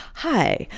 hi,